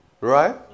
Right